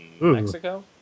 Mexico